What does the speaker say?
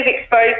exposed